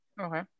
Okay